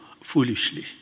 foolishly